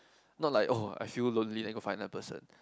not like oh I feel lonely then go find another person